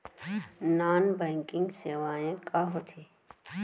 Non banking सेवाएं का होथे?